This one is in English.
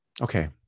okay